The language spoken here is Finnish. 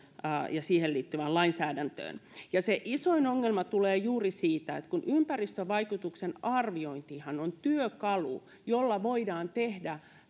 ja siihen liittyvään lainsäädäntöön ja se isoin ongelma tulee juuri siitä että ympäristövaikutusten arviointihan on työkalu jolla voidaan tehdä